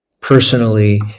personally